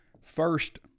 first